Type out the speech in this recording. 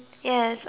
ya